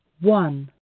one